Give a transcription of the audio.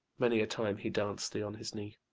many a time he danc'd thee on his knee,